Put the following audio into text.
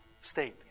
state